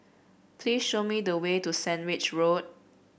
please show me the way to Sandwich Road